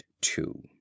two